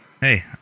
Hey